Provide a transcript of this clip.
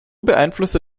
beeinflusste